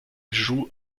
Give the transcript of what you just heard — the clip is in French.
joue